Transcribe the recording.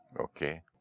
Okay